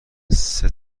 السه